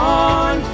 on